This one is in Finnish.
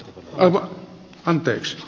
oma anteeks